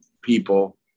people